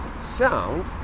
sound